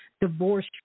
divorce